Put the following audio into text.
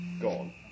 gone